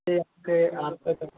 पिछले हफ्ते आपका क्या